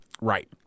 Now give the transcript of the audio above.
Right